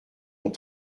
ont